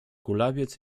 kulawiec